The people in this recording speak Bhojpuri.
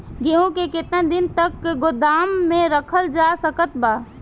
गेहूँ के केतना दिन तक गोदाम मे रखल जा सकत बा?